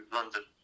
London